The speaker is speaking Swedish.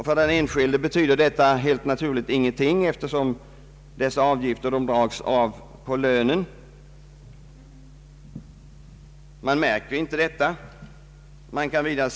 För den enskilde betyder detta helt naturligt ingenting, eftersom avgiften dras av på lönen — det är ingenting han märker.